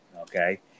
okay